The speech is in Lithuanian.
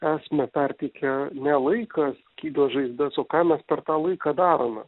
esmę perteikia ne laikas gydo žaizdas o ką mes per tą laiką darome